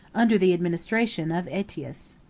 under the administration of aetius.